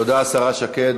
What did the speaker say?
תודה, השרה שקד.